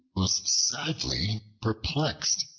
was sadly perplexed.